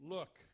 Look